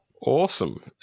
Awesome